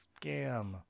scam